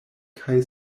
kaj